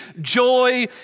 joy